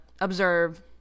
observe